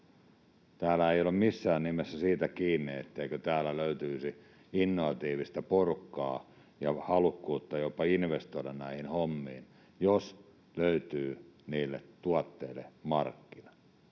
Täällä se ei ole missään nimessä kiinni siitä, etteikö täältä löytyisi innovatiivista porukkaa ja halukkuutta jopa investoida näihin hommiin, jos löytyy niille tuotteille markkinat.